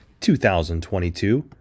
2022